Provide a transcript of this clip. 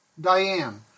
Diane